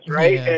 right